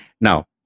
now